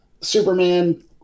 superman